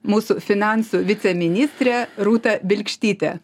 mūsų finansų viceministrę rūtą bilkštytę